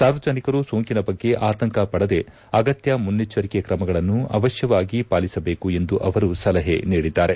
ಸಾರ್ವಜನಿಕರು ಸೋಂಕಿನ ಬಗ್ಗೆ ಆತಂಕ ಪಡದೆ ಅಗತ್ಯ ಮುನ್ನೆಜ್ವರಿಕೆ ಕ್ರಮಗಳನ್ನು ಅವಶ್ಯವಾಗಿ ಪಾಲಿಸಬೇಕು ಎಂದು ಅವರು ಸಲಹೆ ನೀಡಿದ್ದಾರೆ